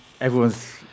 Everyone's